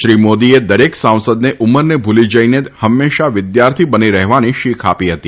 શ્રી મોદીએ દરેક સાંસદને ઉંમરને ભૂલી જઇને હંમેશા વિદ્યાર્થી બની રહેવાની શીખ આપી હતી